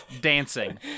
dancing